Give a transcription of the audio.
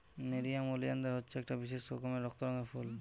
nerium oleander হচ্ছে একটা বিশেষ রকমের রক্ত রঙের ফুল